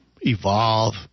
evolve